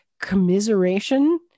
commiseration